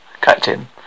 Captain